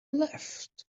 left